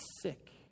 sick